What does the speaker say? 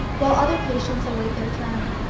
while other patients await their turn.